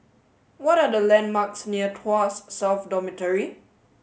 what are the landmarks near Tuas South Dormitory